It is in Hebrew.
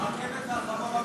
הרכבת והחמור המודרניים.